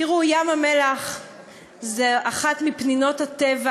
תראו, ים-המלח הוא אחד מפניני הטבע